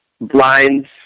blinds